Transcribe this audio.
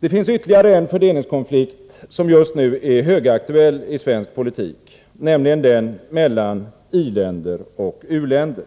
Det finns ytterligare en fördelningskonflikt, som just nu är högaktuell i svensk politik, nämligen den mellan i-länder och u-länder.